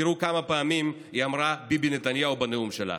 תראו כמה פעמים היא אמרה "ביבי נתניהו" בנאום שלה.